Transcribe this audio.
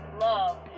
love